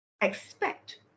expect